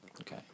Okay